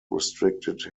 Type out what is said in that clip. restricted